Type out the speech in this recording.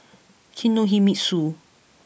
Kinohimitsu